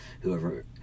whoever